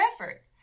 effort